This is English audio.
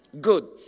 Good